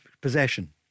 possession